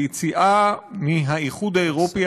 ליציאה מהאיחוד האירופי,